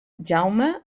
jaume